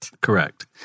Correct